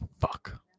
Fuck